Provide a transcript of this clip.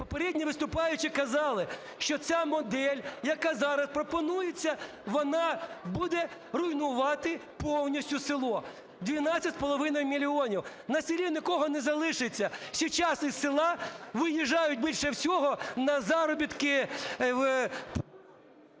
Попередні виступаючі казали, що та модель, яка зараз пропонується, вона буде руйнувати повністю село. 12,5 мільйонів! На селі нікого не залишиться! Сейчас із села виїжджають більше всього на заробітки